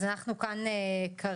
אז אנחנו כאן כרגע